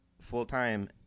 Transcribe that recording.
full-time